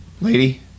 lady